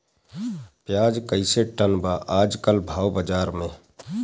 प्याज कइसे टन बा आज कल भाव बाज़ार मे?